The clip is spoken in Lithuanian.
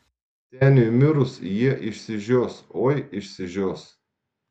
seniui mirus jie išsižios oi išsižios